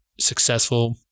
successful